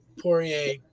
Poirier